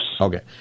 Okay